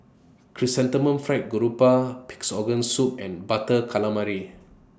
Chrysanthemum Fried Garoupa Pig'S Organ Soup and Butter Calamari